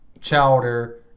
Chowder